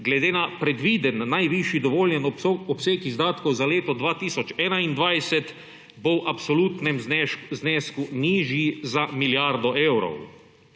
Glede na predviden najvišji dovoljen obseg izdatkov za leto 2021 bo v absolutnem znesku nižji za milijardo evrov.